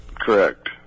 Correct